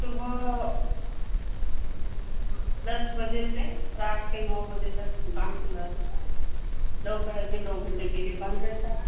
सुबह दस बजे से रात के नौ बजे तक दुकान खुला रहता है दोपहर में दो घंटे के लिए बंद रहेता है